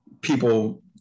people